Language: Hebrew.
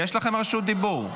יש לכם רשות דיבור.